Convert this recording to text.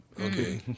Okay